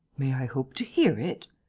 may i hope to hear it?